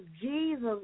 Jesus